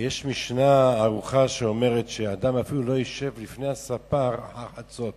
יש משנה ערוכה שאומרת שאדם אפילו לא ישב לפני הספר עד חצות